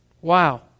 Wow